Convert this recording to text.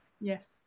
Yes